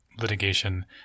litigation